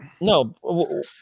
No